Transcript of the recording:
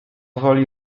woli